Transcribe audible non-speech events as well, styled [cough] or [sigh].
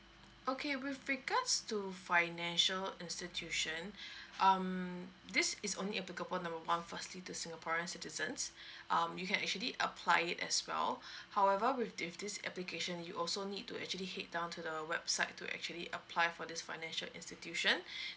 okay with regards to financial institution [breath] um this is only applicable number one firstly to singaporean citizens um you can actually apply it as well [breath] however with with this application you also need to actually head down to the website to actually apply for this financial institution [breath]